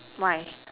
why